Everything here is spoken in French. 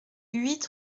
huit